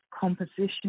composition